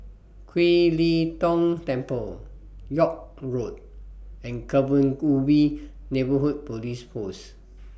Kiew Lee Tong Temple York Road and Kebun Ubi Neighbourhood Police Post